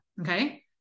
Okay